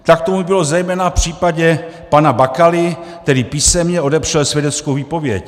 Tak tomu bylo zejména v případě pana Bakaly, který písemně odepřel svědeckou výpověď.